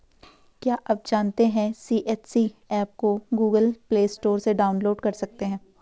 क्या आप जानते है सी.एच.सी एप को गूगल प्ले स्टोर से डाउनलोड कर सकते है?